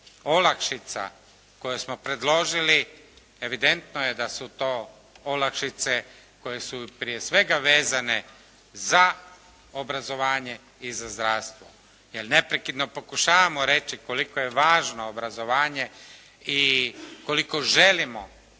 olakšica koje smo predložili evidentno je da su to olakšice koje su prije svega vezane za obrazovanje i za zdravstvo, jer neprekidno pokušavamo reći koliko je važno obrazovanje i koliko želimo